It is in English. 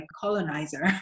colonizer